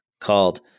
called